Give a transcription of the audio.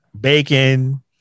Bacon